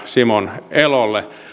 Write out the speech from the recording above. simon elolle